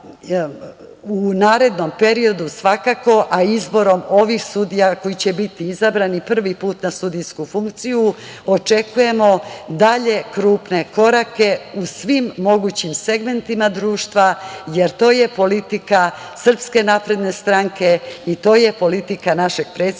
u narednom periodu svakako, a izborom ovih sudija, koji će biti izbrani prvi put na sudijsku funkciju, očekujemo dalje krupne korake u svim mogućim segmentima društva, jer to je politika SNS i to je politika našeg predsednika